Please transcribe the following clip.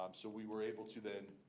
um so we were able to then